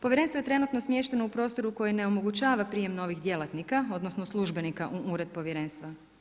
Povjerenstvo je trenutno smješteno u prostoru koji ne omogućava prijem novih djelatnika odnosno službenika u ured povjerenstva.